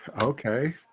Okay